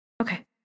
okay